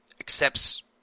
accepts